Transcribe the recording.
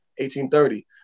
1830